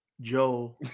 joe